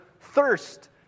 thirst